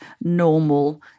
normal